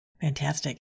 Fantastic